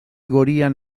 gorian